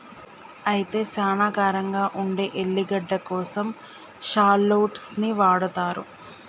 అయితే సానా కారంగా ఉండే ఎల్లిగడ్డ కోసం షాల్లోట్స్ ని వాడతారు